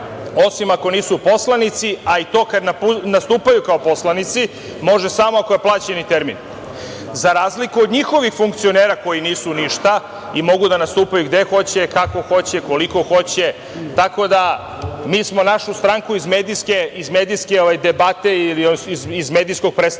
osim ako nisu poslanici, a i to kada nastupaju kao poslanici može samo ako je plaćeni termin, za razliku od njihovih funkcionera koji nisu ništa i mogu da nastupaju gde hoće, kako hoće, koliko hoće. Tako da mi smo našu stranku iz medijske debate ili iz medijskog predstavljanja